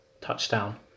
touchdown